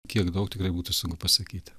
kiek daug tikrai būtų sunku pasakyti